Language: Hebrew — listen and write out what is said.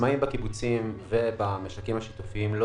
העצמאים בקיבוצים ובמשקים השיתופיים לא